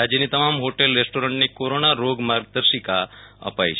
રાજયની તમામ હોટલરેસ્ટોરન્ટને કોરોના રોગની માર્ગદર્શિકા અપાઈ છે